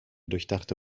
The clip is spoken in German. durchdachte